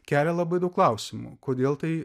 kelia labai daug klausimų kodėl tai